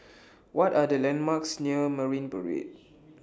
What Are The landmarks near Marine Parade